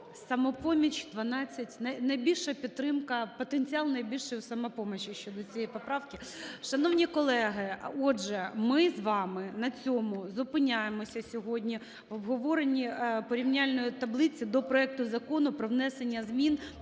"Самопоміч" – 12… Найбільша підтримка, потенціал найбільший в "Самопомочі" щодо цієї поправки. Шановні колеги, отже, ми з вами на цьому зупиняємося сьогодні в обговоренні порівняльної таблиці до проекту Закону про внесення змін